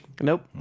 Nope